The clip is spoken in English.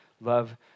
love